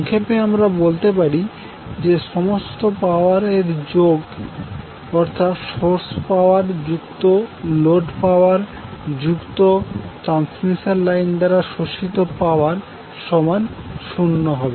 সংক্ষেপে আমরা বলতে পারি যে সমস্ত পাওয়ার এর যোগ অর্থাৎ সোর্স পাওয়ার যুক্ত লোড পাওয়ার যুক্ত ট্রান্সমিশন লাইন দ্বারা শোষিত পাওয়ার সমান 0 হবে